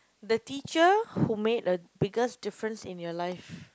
the teacher who made a biggest difference in your life